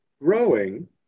growing